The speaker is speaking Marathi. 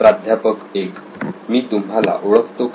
प्राध्यापक 1 मी तुम्हाला ओळखतो का